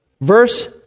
verse